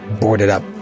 boarded-up